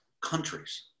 countries